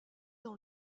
dans